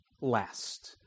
last